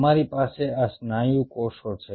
તમારી પાસે આ સ્નાયુ કોષો છે